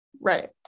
right